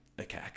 okay